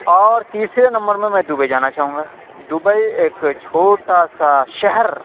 اور تیسرے نمبر میں میں دبئی جانا چاہوں گا دبئی ایک چھوٹا سا شہر